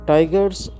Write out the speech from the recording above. Tigers